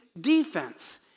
defense